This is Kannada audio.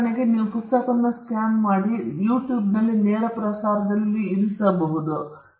ಉದಾಹರಣೆಗೆ ಯಾರಾದರೂ ಪುಸ್ತಕವನ್ನು ಸ್ಕ್ಯಾನ್ ಮಾಡುತ್ತಾರೆ ಮತ್ತು YouTube ನಲ್ಲಿ ನೇರ ಪ್ರಸಾರದಲ್ಲಿ ಇರಿಸಲು ಆಯ್ಕೆ ಮಾಡಿಕೊಳ್ಳುತ್ತಾರೆ